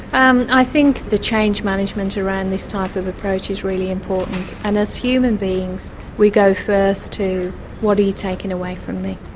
um i think the change management around this type of approach is really important, and as human beings we go first to what are you taking away from me.